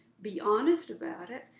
be honest about it.